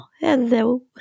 Hello